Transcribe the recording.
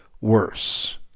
worse